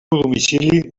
domicili